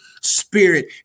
Spirit